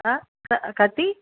अ क कति